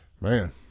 Man